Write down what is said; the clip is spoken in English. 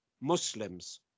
Muslims